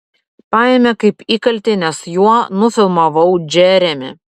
paėmė kaip įkaltį nes juo nufilmavau džeremį